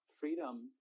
freedom